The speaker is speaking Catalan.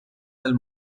del